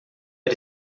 era